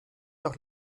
doch